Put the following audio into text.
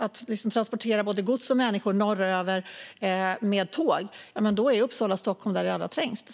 att transportera gods och människor norröver med tåg är Uppsala-Stockholm den sträcka där det är allra trängst.